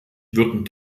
würden